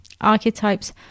Archetypes